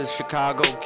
Chicago